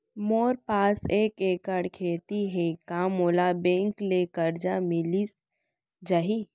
मोर पास एक एक्कड़ खेती हे का मोला बैंक ले करजा मिलिस जाही?